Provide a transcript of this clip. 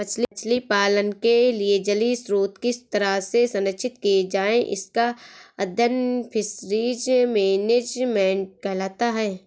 मछली पालन के लिए जलीय स्रोत किस तरह से संरक्षित किए जाएं इसका अध्ययन फिशरीज मैनेजमेंट कहलाता है